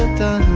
the